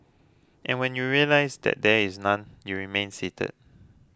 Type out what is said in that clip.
and when you realise that there is none you remain seated